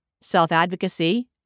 self-advocacy